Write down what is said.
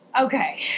Okay